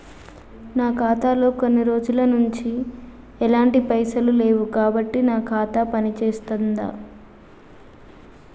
నా ఖాతా లో కొన్ని రోజుల నుంచి ఎలాంటి పైసలు లేవు కాబట్టి నా ఖాతా పని చేస్తుందా?